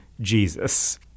Jesus